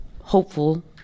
hopeful